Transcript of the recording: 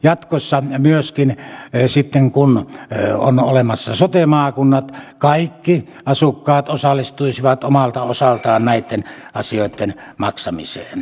jatkossa myöskin sitten kun on olemassa sote maakunnat kaikki asukkaat osallistuisivat omalta osaltaan näitten asioitten maksamiseen